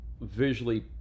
visually